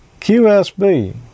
QSB